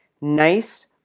nice